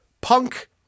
Punk